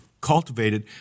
Cultivated